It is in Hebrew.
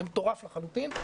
זה מטורף לחלוטין,